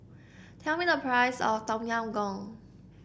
tell me the price of Tom Yam Goong